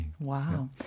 Wow